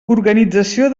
organització